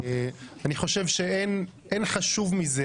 אני חושב שאין חשוב מזה.